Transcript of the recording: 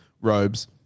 Robes